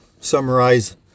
summarize